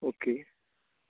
okay